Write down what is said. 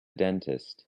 dentist